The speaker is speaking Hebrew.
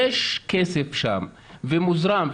יש כסף שם ומוזרם,